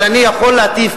אבל אני יכול להטיף,